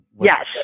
Yes